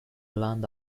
land